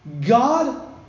God